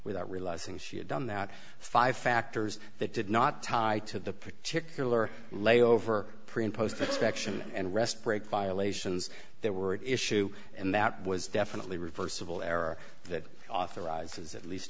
without realizing she had done that five factors that did not tie to the particular layover pre and post expection and rest break violations there were at issue and that was definitely reversible error that authorizes at least